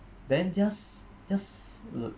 then just just uh